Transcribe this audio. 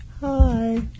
hi